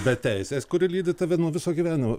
be teisės kuri lydi tave nuo viso gyvenimo